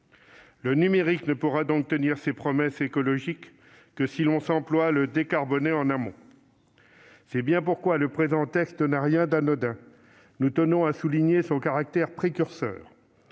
Le numérique ne pourra donc tenir ses promesses écologiques que si l'on s'emploie à le décarboner en amont. C'est bien pourquoi le présent texte n'a rien d'anodin. Nous tenons à souligner son caractère précurseur.